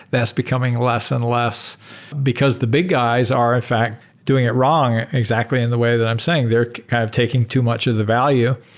that's becoming less and less because the big guys are in fact doing it wrong exactly in the way that i'm saying. they're kind of taking too much of the value.